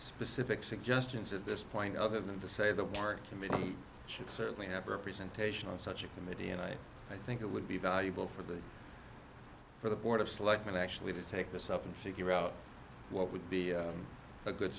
specific suggestions at this point other than to say the work committee should certainly have representation on such a committee and i i think it would be valuable for the for the board of selectmen actually to take this up and figure out what would be a good